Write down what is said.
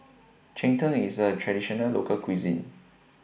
Cheng Tng IS A Traditional Local Cuisine